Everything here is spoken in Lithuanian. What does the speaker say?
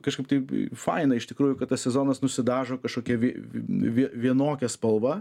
kažkaip taip faina iš tikrųjų kad tas sezonas nusidažo kažkokia vi vienokia spalva